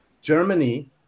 Germany